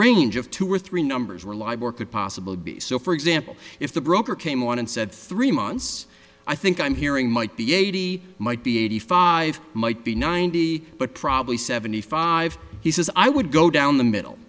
range of two or three numbers are libel or could possible be so for example if the broker came on and said three months i think i'm hearing might be eighty might be eighty five might be ninety but probably seventy five he says i would go down the middle